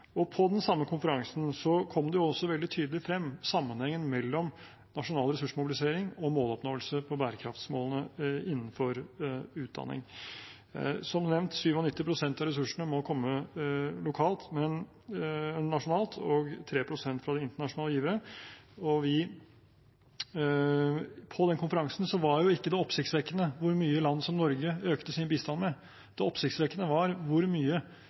på dette området. På den samme konferansen kom også sammenhengen mellom nasjonal ressursmobilisering og måloppnåelse på bærekraftsmålene innenfor utdanning veldig tydelig frem. Som nevnt må 97 pst. av ressursene komme nasjonalt og 3 pst. fra internasjonale givere. På den konferansen var ikke det oppsiktsvekkende hvor mye land som Norge økte sin bistand med. Det oppsiktsvekkende var hvor mye